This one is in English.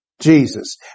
Jesus